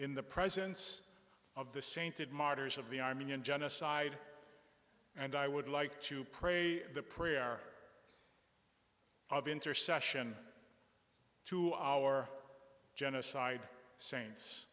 in the presence of the sainted martyrs of the armenian genocide and i would like to pray the prayer of intercession to our genocide saints